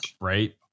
right